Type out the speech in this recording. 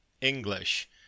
English